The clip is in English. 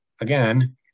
again